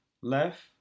left